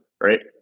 right